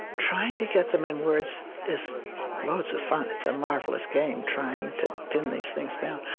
trying to get them in words is loads of fun. it's a marvelous game trying to pin these things down.